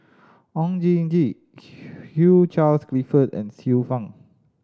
Oon Jin Gee Hugh Charles Clifford and Xiu Fang